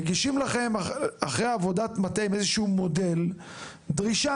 מגישים לכם אחרי עבודת מטה איזה שהוא מודל עם דרישה: